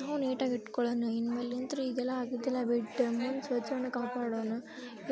ನಾವು ನೀಟಾಗಿ ಇಟ್ಕೊಳಣ ಇನ್ನು ಮೇಲಂತು ಈಗೆಲ್ಲ ಆಗಿದ್ದೆಲ್ಲ ಬಿಟ್ಟು ಮುಂದೆ ಸ್ವಚ್ಛಾನ ಕಾಪಾಡೋಣ